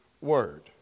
Word